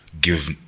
give